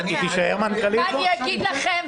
מה אני אגיד לכם,